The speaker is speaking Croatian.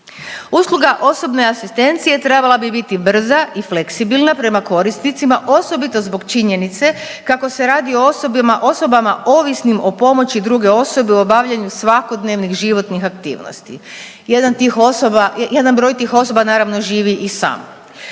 Usluga osobne asistencije trebala bi biti brza i fleksibilna prema korisnicima osobito zbog činjenice kako se radi o osobama ovisnim o pomoći druge osobe u obavljanju svakodnevnih životnih aktivnosti. Jedan tih osoba, jedan broj tih osoba naravno živi i sam.